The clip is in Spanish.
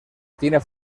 tiene